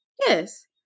Yes